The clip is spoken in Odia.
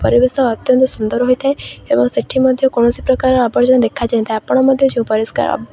ପରିବେଶ ଅତ୍ୟନ୍ତ ସୁନ୍ଦର ହୋଇଥାଏ ଏବଂ ସେଠି ମଧ୍ୟ କୌଣସି ପ୍ରକାର ଆବର୍ଜନା ଦେଖାଯାଇଥାଏ ଆପଣ ମଧ୍ୟ ଯେଉଁ ପରିଷ୍କାର